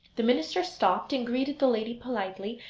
the minister stopped and greeted the lady politely,